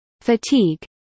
fatigue